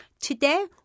today